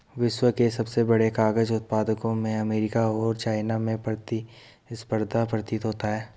विश्व के सबसे बड़े कागज उत्पादकों में अमेरिका और चाइना में प्रतिस्पर्धा प्रतीत होता है